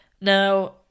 Now